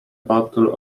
battle